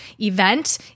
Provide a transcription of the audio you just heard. event